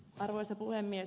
arvoisa puhemies